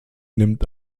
nimmt